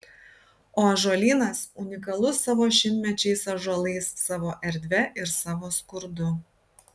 o ąžuolynas unikalus savo šimtamečiais ąžuolais savo erdve ir savo skurdu